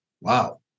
wow